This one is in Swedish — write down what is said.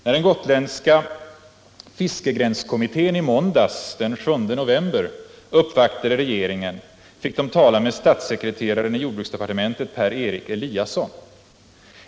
När den gotländska ”fiskegränskommittén” i måndags, den 7 november, uppvaktade regeringen fick de tala med statssekreteraren i jordbruksdepartementet Per Erik Eliasson.